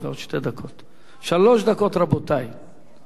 ואחריו, אדוני?